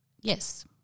Yes